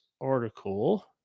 article